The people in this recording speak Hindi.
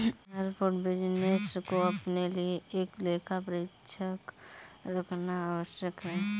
हर फूड बिजनेस को अपने लिए एक लेखा परीक्षक रखना आवश्यक है